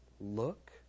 Look